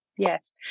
Yes